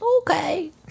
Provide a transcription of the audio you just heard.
Okay